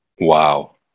Wow